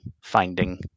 finding